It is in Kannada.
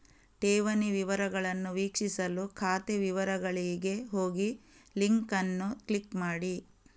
ಠೇವಣಿ ವಿವರಗಳನ್ನು ವೀಕ್ಷಿಸಲು ಖಾತೆ ವಿವರಗಳಿಗೆ ಹೋಗಿಲಿಂಕ್ ಅನ್ನು ಕ್ಲಿಕ್ ಮಾಡಿ